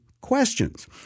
questions